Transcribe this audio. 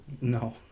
No